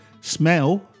Smell